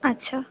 আচ্ছা